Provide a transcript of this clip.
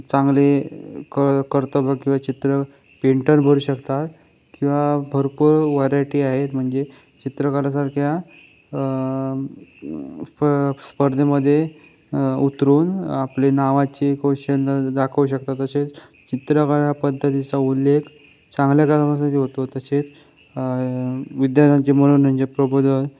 चांगले कळ करतो बघ किंवा चित्र पेंटर बनू शकता किंवा भरपूर व्हरायटी आहेत म्हणजे चित्रकलेसारख्या प स्पर्धेमध्ये उतरून आपले नावाचे कौशल्य दाखवू शकता तसेच चित्रकला पद्धतीचा उल्लेख चांगल्या कामासाठी होतो तसे विद्यार्थ्यांचे मनोरंजक प्रबोधन